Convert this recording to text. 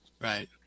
Right